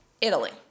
Italy